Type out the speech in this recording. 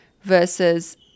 versus